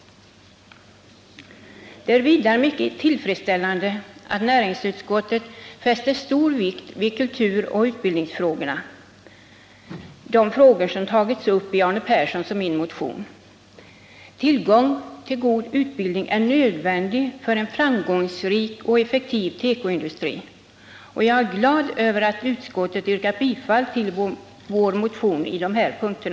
Det är mycket tillfredsställande att näringsutskottet fäster stor vikt vid kulturoch utbildningsfrågorna, vilka tagits uppi Arne Perssons och min motion nr 2431. Tillgång till god utbildning är nödvändig för en framgångsrik och effektiv tekoindustri, och jag är glad över att utskottet förordat bifall till vår motion på dessa punkter.